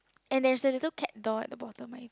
and there's a little cat door at the bottom my